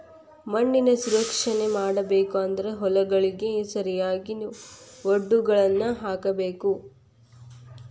ಮಣ್ಣಿನ ಸಂರಕ್ಷಣೆ ಮಾಡಬೇಕು ಅಂದ್ರ ಹೊಲಗಳಿಗೆ ಸರಿಯಾಗಿ ವಡ್ಡುಗಳನ್ನಾ ಹಾಕ್ಸಬೇಕ